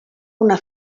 una